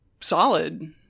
solid